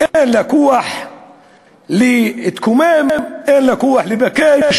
אין לה כוח להתקומם, אין לה כוח להתעקש.